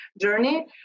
journey